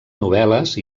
novel·les